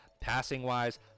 Passing-wise